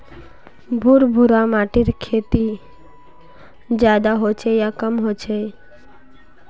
भुर भुरा माटिर खेती ज्यादा होचे या कम होचए?